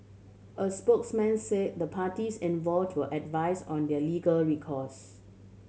a spokesman say the parties advise on their legal recourse